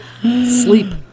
sleep